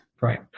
Right